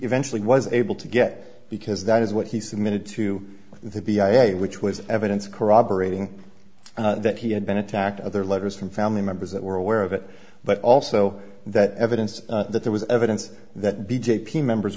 eventually was able to get because that is what he submitted to the ira which was evidence corroborating that he had been attacked other letters from family members that were aware of it but also that evidence that there was evidence that the j p members